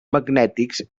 magnètics